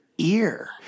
ear